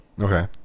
okay